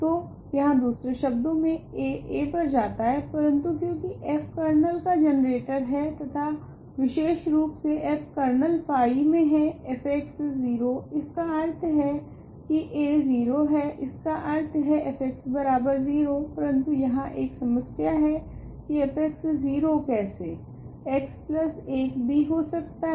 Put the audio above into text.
तो यहाँ दूसरे शब्दो मे a a पर जाता है परंतु क्योकि f कर्नल का जनरेटर है तथा विशेषरूप से f कर्नल फाई मे है f 0 इसका अर्थ है की a 0 है इसका अर्थ है f0 परन्तु यहाँ एक समस्या है की f 0 कैसे x1b हो सकता है